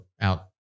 out